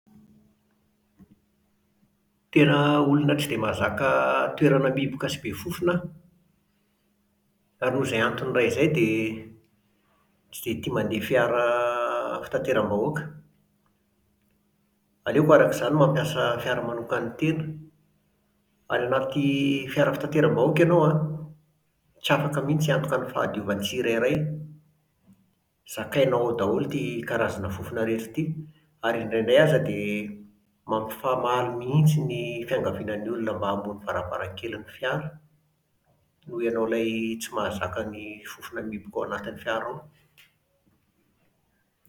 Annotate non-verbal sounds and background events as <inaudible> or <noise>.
Tena <hesitation> olona tsy dia mahazaka <hesitation> toerana mihiboka sy be fofona aho. Ary noho izay antony iray izay dia <hesitation> tsy dia tia mandeha fiara <hesitation> fitateram-bahoaka. Aleoko, araka izany, mampiasa fiara manokan'ny tena. Any anaty fiara fitateram-bahoaka ianao an, tsy afaka mihitsy hiantoka ny fahadiovan'ny tsirairay. Zakainao ao daholo ity karazana fofona rehetra ity. Ary indraindray aza dia <hesitation> mampifamaly mihitsy ny fiangaviana ny olona mba hamoha ny varavarankelin'ny fiara, noho ianao ilay <hesitation> tsy mahazaka ny <hesitation> fofona mihiboka ao anatin'ny fiara ao